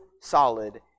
solid